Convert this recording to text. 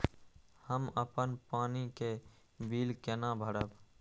हम अपन पानी के बिल केना भरब?